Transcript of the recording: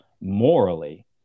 morally